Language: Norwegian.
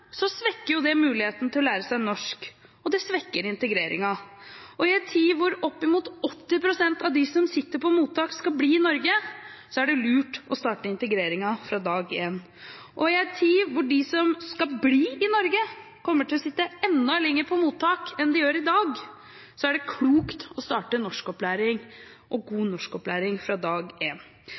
svekker det muligheten til å lære seg norsk, og det svekker integreringen. I en tid hvor opp imot 80 pst. av dem som sitter på mottak, skal bli i Norge, er det lurt å starte integreringen fra dag 1. Og i en tid hvor de som skal bli i Norge, kommer til å sitte enda lenger på mottak enn de gjør i dag, så er det klokt å starte norskopplæring, og god norskopplæring, fra dag 1. Vårt syn er at dette er en